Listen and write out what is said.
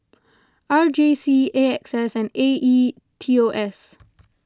R J C A X S and A E T O S